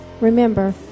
Remember